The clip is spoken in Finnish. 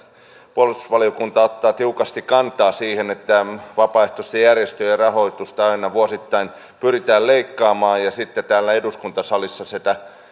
puolustusvaliokunta ottaa tiukasti kantaa siihen että vapaaehtoisten järjestöjen rahoitusta aina vuosittain pyritään leikkaamaan ja sitten täällä eduskuntasalissa sitä